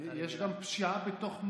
יש גם פשיעה בתוך,